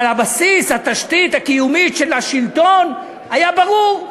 אבל הבסיס, התשתית הקיומית של השלטון, היה ברור.